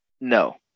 no